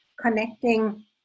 connecting